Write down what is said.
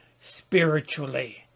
spiritually